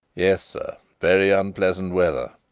yes, sir very unpleasant weather.